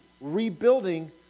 rebuilding